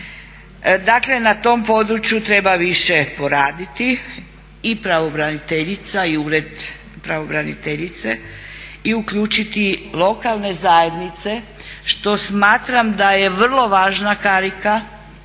Dakle na tom području treba više poraditi i pravobraniteljica i Ured pravobraniteljice i uključiti lokalne zajednice što smatram da je vrlo važna karika u